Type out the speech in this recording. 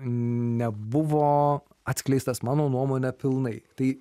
nebuvo atskleistas mano nuomone pilnai tai